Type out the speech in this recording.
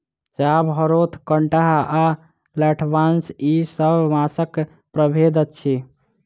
चाभ, हरोथ, कंटहा आ लठबाँस ई सब बाँसक प्रभेद अछि